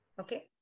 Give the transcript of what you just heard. okay